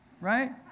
right